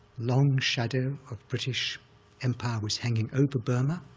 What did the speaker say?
long shadow of british empire was hanging over burma,